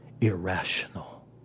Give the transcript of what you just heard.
irrational